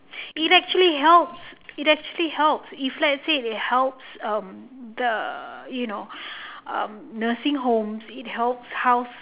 it actually helps it actually helps if let's say they helps the you know um nursing homes it helps houses